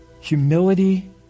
Humility